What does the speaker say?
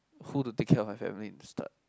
who to take care of my family in the start